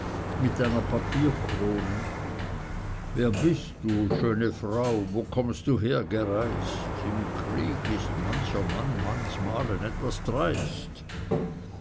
mit einer papierkrone wer bist du schöne frau wo kommst du hergereist im krieg ist mancher mann manchmalen etwas dreist